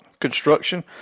Construction